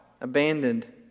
abandoned